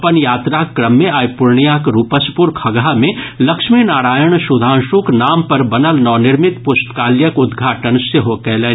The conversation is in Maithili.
अपन यात्राक क्रम मे आइ पूर्णियाक रूपसपुर खगहा मे लक्ष्मी नारायण सुधांशुक नाम पर बनल नवनिर्मित पुस्तकालयक उद्घाटन सेहो कयलनि